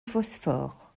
phosphore